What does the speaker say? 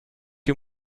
you